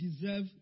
deserve